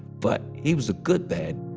but he was a good bad.